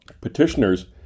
Petitioners